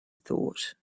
thought